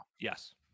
Yes